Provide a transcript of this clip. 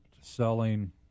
selling